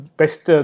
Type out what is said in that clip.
best